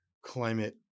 Climate